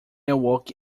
awoke